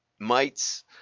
mites